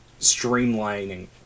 streamlining